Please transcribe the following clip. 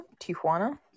Tijuana